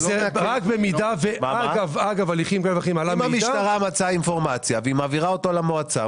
אם המשטרה מצאה אינפורמציה והיא מעבירה אותו למועצה,